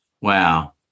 Wow